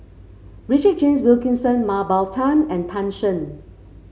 Richard James Wilkinson Mah Bow Tan and Tan Shen